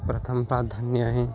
प्रथम प्राधान्य आहे